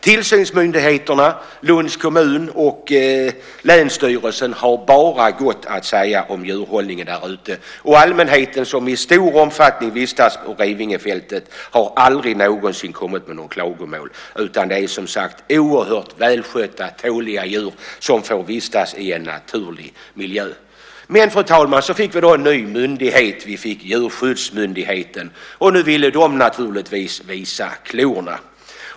Tillsynsmyndigheterna - Lunds kommun och länsstyrelsen - har bara gott att säga om djurhållningen där ute. Och allmänheten som i stor omfattning vistas på Revingefältet har aldrig någonsin kommit med några klagomål, utan det är, som sagt, oerhört välskötta och tåliga djur där som får vistas i en naturlig miljö. Men, fru talman, så fick vi då en ny myndighet - Djurskyddsmyndigheten - och nu ville den naturligtvis visa klorna.